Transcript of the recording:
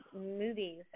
movies